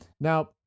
Now